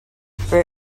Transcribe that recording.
for